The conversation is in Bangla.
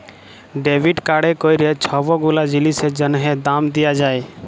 ডেবিট কাড়ে ক্যইরে ছব গুলা জিলিসের জ্যনহে দাম দিয়া যায়